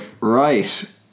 right